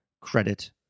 credit